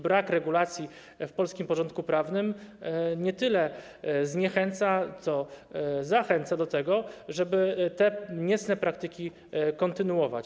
Brak regulacji w polskim porządku prawnym nie tyle zniechęca, co zachęca do tego, żeby te niecne praktyki kontynuować.